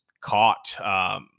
caught